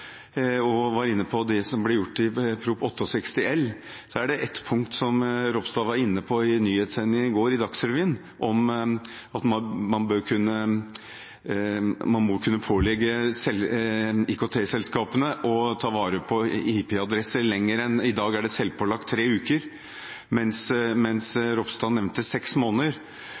og var inne på det som ble gjort i forbindelse med Prop. 68 L for 2015–2016: Det er ett punkt som Ropstad var inne på i Dagsrevyen i går, om at man må kunne pålegge IKT-selskapene å ta vare på IP-adresser lenger enn i dag – i dag er det selvpålagt tre uker, mens Ropstad nevnte seks måneder.